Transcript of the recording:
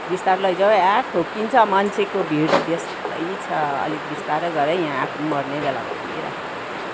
बिस्तारो लैजाउ है आ ठोकिन्छ मान्छेको भिड त्यस्तै छ अलिक बिस्तारो गर है यहाँ आफू पनि मर्ने बेला भइराखेको बेलामा